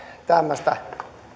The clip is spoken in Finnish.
tämmöistä